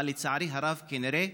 אבל לצערי הרב, כנראה